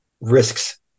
risks